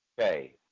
Okay